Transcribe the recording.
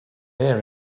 hear